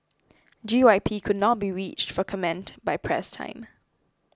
G Y P could not be reached for comment by press time